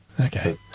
Okay